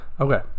okay